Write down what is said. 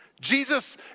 Jesus